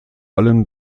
allem